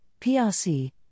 PRC